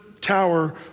tower